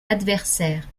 adversaire